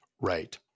Right